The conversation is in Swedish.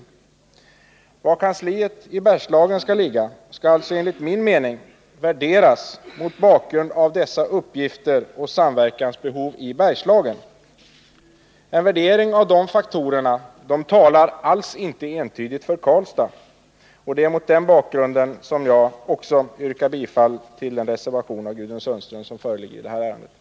Frågan var kansliet i Bergslagen skall ligga skall alltså enligt min mening värderas mot bakgrund av dessa uppgifter och samverkansbehov i Bergslagen. En värdering av dessa faktorer talar alls inte entydigt för Karlstad. Mot denna bakgrund yrkar också jag bifall till reservation nr 1 av Gudrun Sundström.